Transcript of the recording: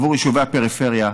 עבור יישובי הפריפריה,